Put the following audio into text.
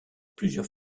plusieurs